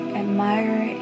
admire